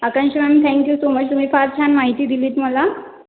आकांशा ma'am thank you so much तुम्ही फार छान माहिती दिलीत मला